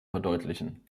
verdeutlichen